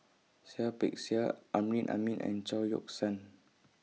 Seah Peck Seah Amrin Amin and Chao Yoke San